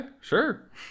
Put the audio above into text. sure